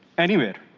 anywhere.